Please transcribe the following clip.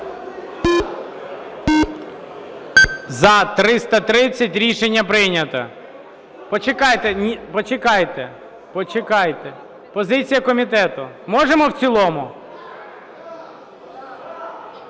За-330 Рішення прийнято. Почекайте. Позиція комітету, можемо в цілому?